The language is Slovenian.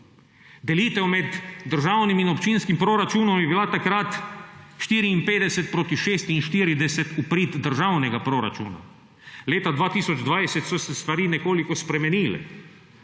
Delitev med državnim in občinskim proračunom je bila takrat 54 proti 46 v prid državnega proračuna. Leta 2020 so se stvari nekoliko spremenile,